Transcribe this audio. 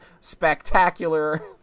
spectacular